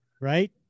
right